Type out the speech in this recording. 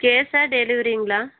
கேஷா டெலிவரிங்களா